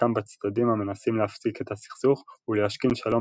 וחלקם בצדדים המנסים להפסיק את הסכסוך ולהשכין שלום